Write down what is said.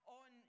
on